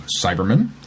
Cyberman